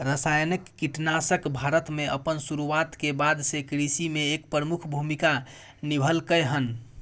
रासायनिक कीटनाशक भारत में अपन शुरुआत के बाद से कृषि में एक प्रमुख भूमिका निभलकय हन